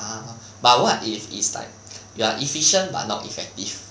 ah but what if it's like you are efficient but not effective